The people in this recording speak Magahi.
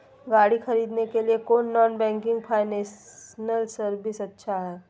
गाड़ी खरीदे के लिए कौन नॉन बैंकिंग फाइनेंशियल सर्विसेज अच्छा है?